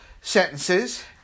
sentences